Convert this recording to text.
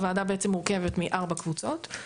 הוועדה בעצם מורכבת מארבע קבוצות,